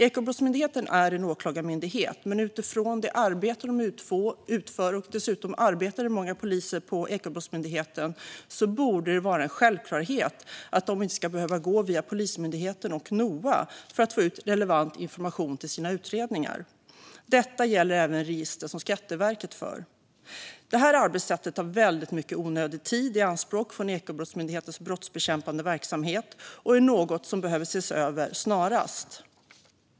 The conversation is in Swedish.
Ekobrottsmyndigheten är en åklagarmyndighet, men med tanke på det arbete de utför - dessutom arbetar många poliser på Ekobrottsmyndigheten - borde det vara en självklarhet att de inte ska behöva gå via Polismyndigheten och Noa för att få ut relevant information i sina utredningar. Detta gäller även register som Skatteverket för. Det här arbetssättet tar väldigt mycket onödig tid i anspråk från Ekobrottsmyndighetens brottsbekämpande verksamhet och är något som behöver ses över snarast.